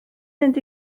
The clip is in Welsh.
mynd